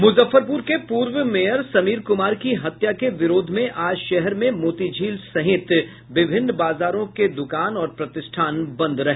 मुजफ्फरपुर के पूर्व मेयर समीर कुमार की हत्या के विरोध में आज शहर में मोतीझील सहित विभिन्न बाजारों के दुकान और प्रतिष्ठान बंद रहे